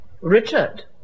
Richard